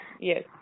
Yes